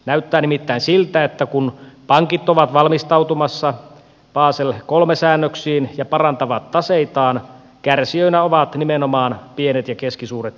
näyttää nimittäin siltä että kun pankit ovat valmistautumassa basel iii säännöksiin ja parantavat taseitaan kärsijöinä ovat nimenomaan pienet ja keskisuuret yritykset